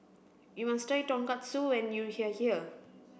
you must try Tonkatsu when you are here